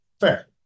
Fair